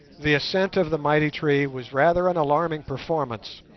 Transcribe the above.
the ascent of the mighty tree was rather an alarming performance,